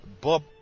Bob